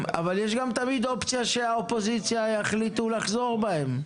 יש אופציה שחברי האופוזיציה יחליטו לחזור בהם,